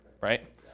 right